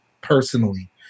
personally